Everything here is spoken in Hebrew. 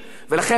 שאנחנו נשמע,